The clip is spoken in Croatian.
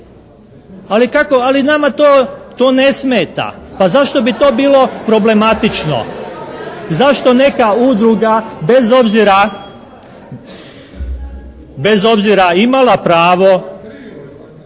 Ali nama to ne smeta. Pa zašto bi to bilo problematično? Zašto neka udruga bez obzira imala pravo,